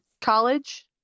college